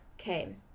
Okay